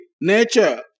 Nature